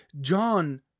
John